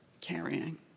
carrying